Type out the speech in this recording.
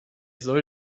soll